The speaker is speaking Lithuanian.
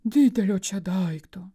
didelio čia daikto